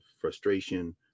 frustration